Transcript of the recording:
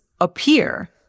appear